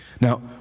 Now